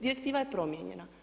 Direktiva je promijenjena.